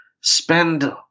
spend